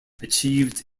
achieved